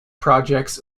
projects